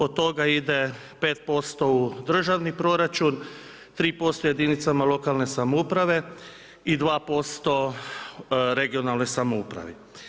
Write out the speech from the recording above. Od toga ide 55 u državni proračun, 3% jedinicama lokalne samouprave i 2% regionalne samouprave.